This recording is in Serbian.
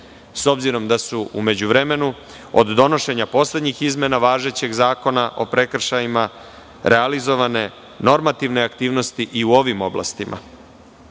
s obzirom da su u međuvremenu, od donošenja poslednjih izmena važećeg Zakona o prekršajima, realizovane normativne aktivnosti i u ovim oblastima. Izradi